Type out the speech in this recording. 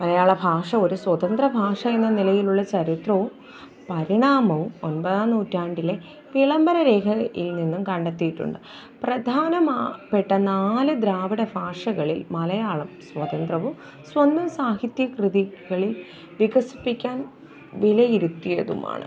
മലയാള ഭാഷ ഒരു സ്വതന്ത്ര ഭാഷ എന്ന നിലയിലുള്ള ചരിത്രവും പരിണാമവും ഒൻപതാം നൂറ്റാണ്ടിലെ വിളംബര രേഖയില് നിന്നും കണ്ടെത്തിയിട്ടുണ്ട് പ്രധാനപ്പെട്ട നാല് ദ്രാവിഡ ഭാഷകളില് മലയാളം സ്വതന്ത്രവും സ്വന്തം സാഹിത്യകൃതികളില് വികസിപ്പിക്കാന് വിലയിരുത്തിയതുമാണ്